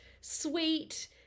sweet